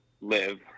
live